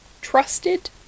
Trusted